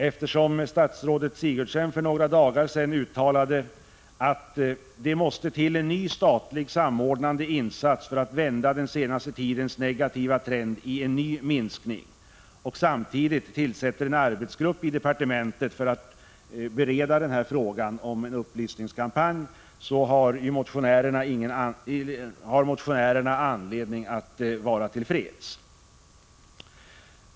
Eftersom statsrådet Sigurdsen för några dagar sedan uttalade att ”det måste till en ny statlig samordnande insats för att vända den senaste tidens negativa trend i en ny minskning”, och samtidigt tillsatte en arbetsgrupp i departementet för att bereda frågan om en upplysningskampanj, har motionärerna anledning att vara till freds.